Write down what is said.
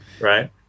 right